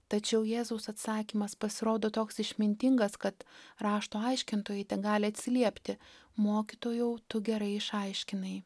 tačiau jėzaus atsakymas pasirodo toks išmintingas kad rašto aiškintojai tegali atsiliepti mokytojau tu gerai išaiškinai